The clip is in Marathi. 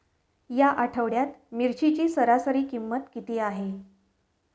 या आठवड्यात मिरचीची सरासरी किंमत किती आहे?